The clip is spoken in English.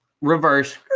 Reverse